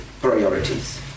priorities